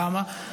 למה?